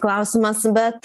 klausimas bet